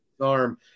arm